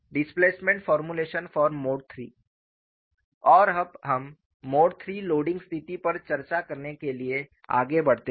displacement formulation for mode III और अब हम मोड III लोडिंग स्थिति पर चर्चा करने के लिए आगे बढ़ते हैं